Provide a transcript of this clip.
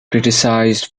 criticised